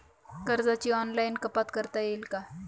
कर्जाची ऑनलाईन कपात करता येईल का?